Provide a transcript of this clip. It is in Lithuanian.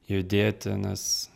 judėti nes